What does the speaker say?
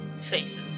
faces